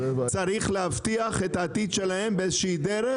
צריך להבטיח את העתיד שלהם באיזה שהיא דרך,